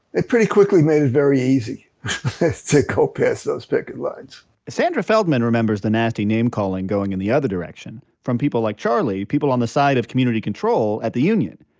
it pretty quickly made it very easy to go past those picket lines sandra feldman remembers the nasty name calling going in the other direction from people like charlie, people on the side of community control at the union.